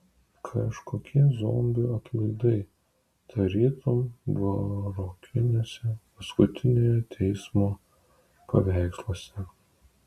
kažkokie zombių atlaidai tarytum barokiniuose paskutiniojo teismo paveiksluose